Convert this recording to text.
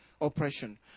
oppression